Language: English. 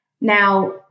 Now